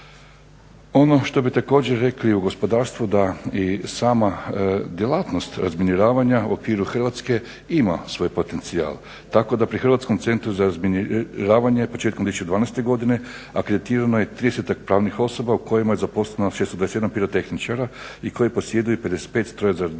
Ono što bi također rekli u gospodarstvu da i sama djelatnost razminiravanja u okviru Hrvatske ima svoj potencijal tako da pri HCR-u početkom 2012.godine akreditirano je 30-tak pravnih osoba u kojima je zaposleno 621 pirotehničar i koji posjeduju 55 strojeva